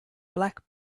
black